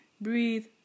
breathe